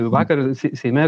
vakar sei seime